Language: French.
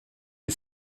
les